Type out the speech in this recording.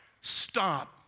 Stop